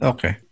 Okay